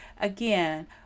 Again